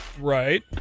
right